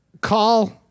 Call